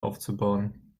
aufzubauen